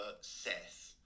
Seth